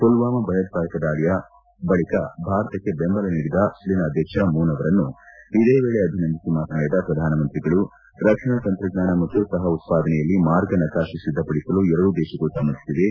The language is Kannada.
ಪುಲ್ವಾಮಾ ಭಯೋತ್ಪಾದಕ ದಾಳಿಯ ಬಳಿಕ ಭಾರತಕ್ಕೆ ದೆಂಬಲ ನೀಡಿದ ಅಲ್ಲಿನ ಅಧ್ಯಕ್ಷ ಮೂನ್ ಅವರನ್ನು ಇದೇ ವೇಳೆ ಅಭಿನಂದಿಸಿ ಮಾತನಾಡಿದ ಪ್ರಧಾನಮಂತ್ರಿಗಳು ರಕ್ಷಣಾ ತಂತ್ರಜ್ಞಾನ ಮತ್ತು ಸಹ ಉತ್ಪಾದನೆಯಲ್ಲಿ ಮಾರ್ಗ ನಕಾಶೆ ಸಿದ್ದಪಡಿಸಲು ಎರಡೂ ದೇಶಗಳು ಸಮ್ಮತಿಸಿವೆ